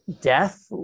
death